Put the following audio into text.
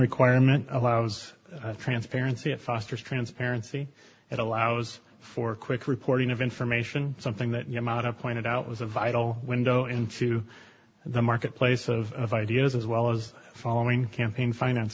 requirement allows transparency it fosters transparency it allows for quick reporting of information something that you mount up pointed out was a vital window into the marketplace of ideas as well as following campaign finance